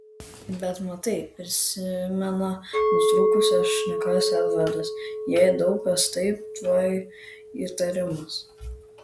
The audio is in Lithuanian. bet matai prisimena nutrūkusią šneką edvardas jei daug kas taip tuoj įtarimas